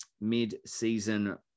mid-season